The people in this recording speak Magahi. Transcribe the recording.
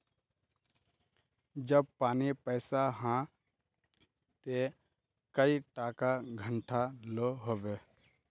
जब पानी पैसा हाँ ते कई टका घंटा लो होबे?